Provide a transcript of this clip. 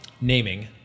naming